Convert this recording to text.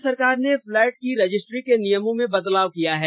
राज्य सरकार ने फ्लैट की रजिस्ट्री के नियमों में बदलाव किया है